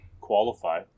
qualify